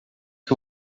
que